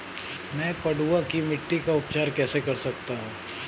मैं पडुआ की मिट्टी का उपचार कैसे कर सकता हूँ?